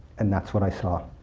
and that's what i saw.